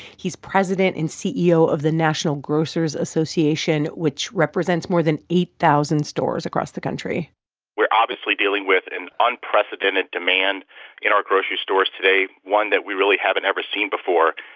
he's president and ceo of the national grocers association, which represents more than eight thousand stores across the country we're obviously dealing with an unprecedented demand in our grocery stores today, one that we really haven't ever seen before.